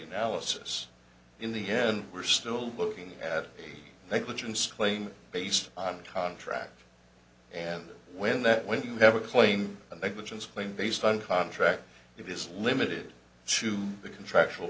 analysis in the end we're still looking at negligence claim based on a contract and when that when you have a claim and the glutens claim based on contract it is limited to the contractual